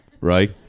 right